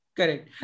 Correct